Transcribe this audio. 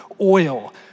oil